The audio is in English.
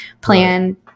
plan